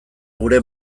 gure